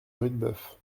rudebeuf